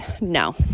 No